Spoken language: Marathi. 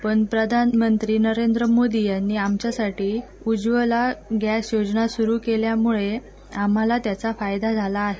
पण प्रधानमंत्री नरेंद्र मोदी यांनी आमच्यासाठी उज्ज्वला गॅस योजना सुरु केल्यामुळं आम्हाला त्याचा फायदा झाला आहे